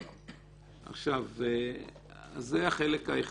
אז זה החלק הראשון.